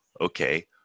Okay